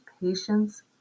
patience